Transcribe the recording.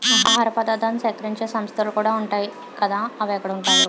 ఆహార పదార్థాలను సేకరించే సంస్థలుకూడా ఉంటాయ్ కదా అవెక్కడుంటాయో